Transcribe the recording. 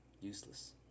useless